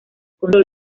control